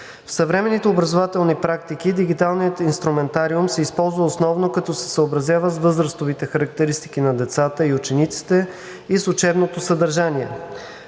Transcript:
В съвременните образователни практики дигиталният инструментариум се използва основно, като се съобразява с възрастовите характеристики на децата и учениците и с учебното съдържание.